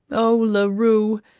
oh! la rue,